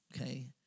okay